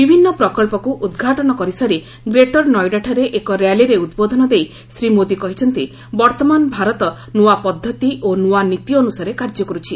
ବିଭିନ୍ନ ପ୍ରକଳ୍ପକ୍ ଉଦ୍ଘାଟନ କରିସାରି ଗ୍ରେଟର ନୋଇଡାଠାରେ ଏକ ର୍ୟାଲିରେ ଉଦ୍ବୋଧନ ଦେଇ ଶ୍ରୀ ମୋଦି କହିଛନ୍ତି ବର୍ତ୍ତମାନ ଭାରତ ନୂଆ ପଦ୍ଧତି ଓ ନୂଆ ନୀତି ଅନୁସାରେ କାର୍ଯ୍ୟ କରୁଛି